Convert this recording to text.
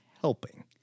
helping